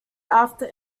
after